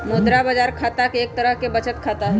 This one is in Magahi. मुद्रा बाजार खाता एक तरह के बचत खाता हई